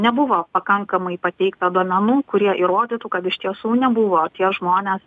nebuvo pakankamai pateikta duomenų kurie įrodytų kad iš tiesų nebuvo tie žmonės